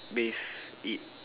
bathe eat